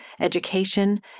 education